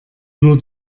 nur